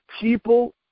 people